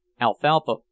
Alfalfa